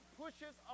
pushes